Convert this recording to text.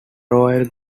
royal